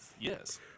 Yes